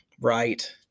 Right